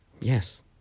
Yes